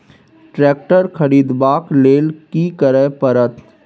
Tractor खरीदबाक लेल की करय परत?